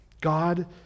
God